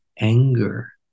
anger